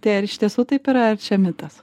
tai ar iš tiesų taip yra mitas